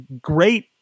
great